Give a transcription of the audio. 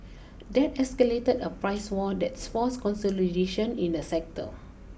that escalated a price war that's forced consolidation in the sector